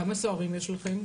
כמה סוהרים יש לכם?